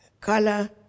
color